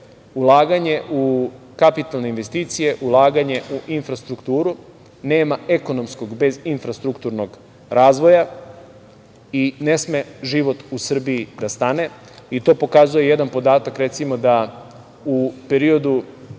ulaganje u kapitalne investicije, ulaganje u infrastrukturu. Nema ekonomskog bez infrastrukturnog razvoja i ne sme život u Srbiji da stane i to pokazuje jedan podatak recimo da u periodu